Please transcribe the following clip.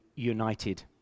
united